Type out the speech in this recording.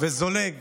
וזולג